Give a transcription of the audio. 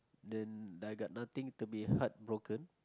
then I got nothing to be heartbroken